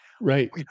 right